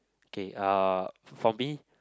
okay uh for me